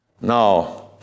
Now